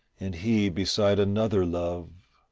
and he beside another love.